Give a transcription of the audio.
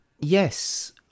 yes